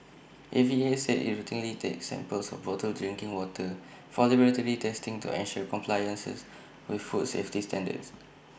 A V A said IT routinely takes samples of bottled drinking water for laboratory testing to ensure compliance with food safety standards